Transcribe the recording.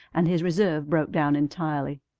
and his reserve broke down entirely.